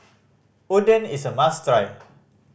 oden is a must try